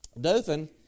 Dothan